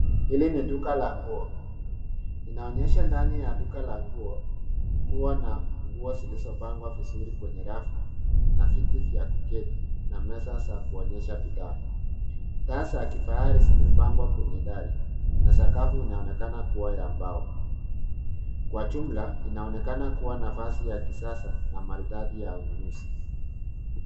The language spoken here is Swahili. Hili ni duka la nguo. Inaonyesha ndani ya duka la nguo kuwa na nguo zilizopangwa vizuri kwenye rafu na viti vya kuketi na meza za kuonyesha bidhaa. Taa za kifahari zimepangwa kwenye dari na sakafu inaonekana kuwa ya mbao. Kwa jumla, inaonekana kuwa nafasi ya kisasa na maridadi ya ununuzi.